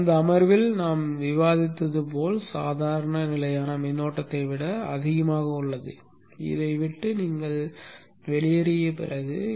கடந்த அமர்வில் நாம் விவாதித்தது போல் சாதாரண நிலையான மின்னோட்டத்தை விட அதிகமாக உள்ளது இதை விட்டு நீங்கள் வெளியேறிய பிறகு